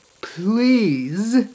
please